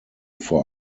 vor